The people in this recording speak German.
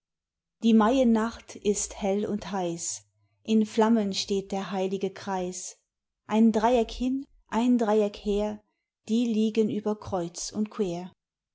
die maiennacht ist hell und heiß in flammen steht der heilige kreis ein dreieck hin ein dreieck her die liegen über kreuz und quer